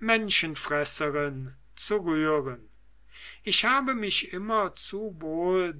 menschenfresserin zu rühren ich habe mich immer zu wohl